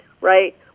right